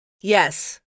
Yes